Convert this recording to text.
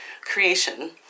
creation